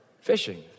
fishing